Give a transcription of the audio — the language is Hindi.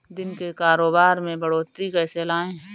दिन के कारोबार में बढ़ोतरी कैसे लाएं?